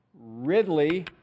Ridley